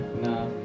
Nah